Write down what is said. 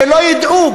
שלא ידעו,